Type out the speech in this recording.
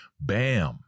Bam